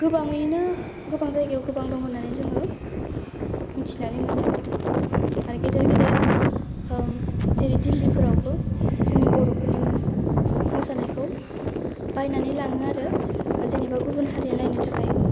गोबाङैनो गोबां जायगायाव दं होननानै जोङो मोनथिनानै मोनो आरो गेदेर गेदेर जोंनि दिल्लीफोरावबो जोंनि बर'फोरनि मोसानायखौ बायनानै लाङो आरो बा जोंनि गुबुन हारिया नायनो थाखाय